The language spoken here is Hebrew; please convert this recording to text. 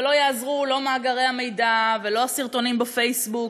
ולא יעזרו לא מאגרי המידע ולא הסרטונים בפייסבוק,